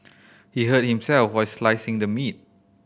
he hurt himself while slicing the meat